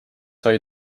sai